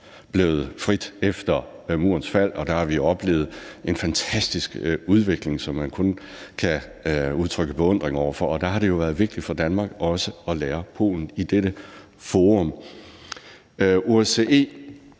blev frit efter Murens fald, og der vi har oplevet en fantastisk udvikling, som man kun kan udtrykke beundring over for. Der har det været vigtigt for Danmark også at lære om Polen i dette forum. OSCE